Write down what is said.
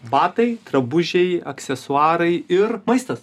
batai drabužiai aksesuarai ir maistas